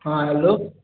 हँ हेलो